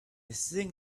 think